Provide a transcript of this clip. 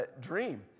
dream